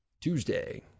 Tuesday